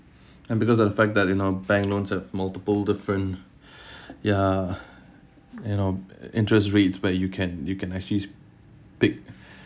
and because of the fact that you know bank loans have multiple different ya you know interest rates but you can you can actually pick